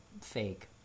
fake